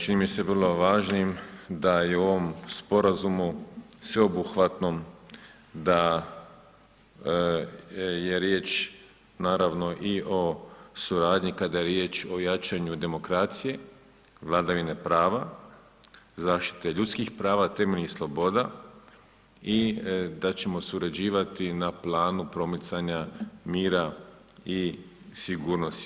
Čini mi se vrlo važnim da je u ovom sporazumu sveobuhvatnom da je riječ naravno i o suradnji, kada je riječ o jačanju demokracije, vladavine prava, zaštite ljudskih prava, temeljnih sloboda i da ćemo surađivati na planu primicanja mira i sigurnosti.